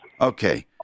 Okay